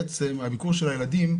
בעצם הביקור של הילדים,